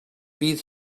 bydd